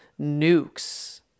nukes